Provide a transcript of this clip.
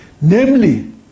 namely